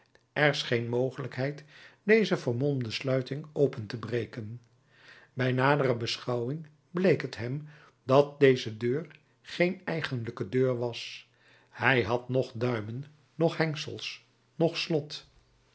er scheen mogelijkheid deze vermolmde sluiting open te breken bij nadere beschouwing bleek het hem dat deze deur geen eigenlijke deur was zij had noch duimen noch hengsels noch slot